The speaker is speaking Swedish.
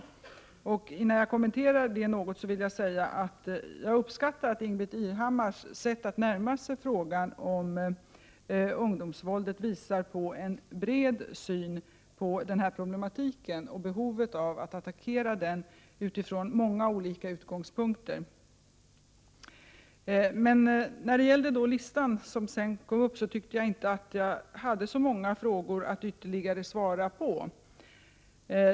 Innan jag något kommenterar det, vill jag säga att jag uppskattar att Ingbritt Irhammars sätt att närma sig frågan om ungdomsvåldet visar på en bred syn på den här problematiken och en insikt om behovet att attackera den från många olika utgångspunkter. Men när det gäller listan, som sedan föredrogs, tyckte jag inte att det var så många frågor som jag hade att ytterligare svara på.